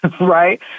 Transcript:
right